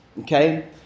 Okay